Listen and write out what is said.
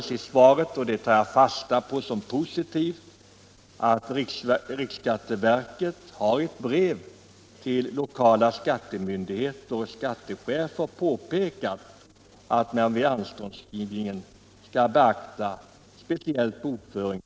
Jag vill då fråga: Är det möjligt att ge bokföringsbyråer och revisionsbyråer rätt att skicka in en kollektiv anhållan om anstånd, dvs. en förteckning över de deklaranter som önskar uppskov? Det skulle underlätta arbetet om inte var och en av dessa deklaranter behöver fylla i ett särskilt formulär.